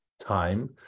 time